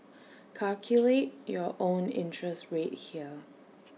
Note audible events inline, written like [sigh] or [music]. [noise] calculate your own interest rate here